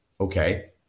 Okay